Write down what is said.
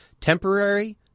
Temporary